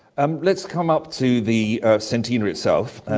um let's come up to the centenary itself.